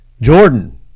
Jordan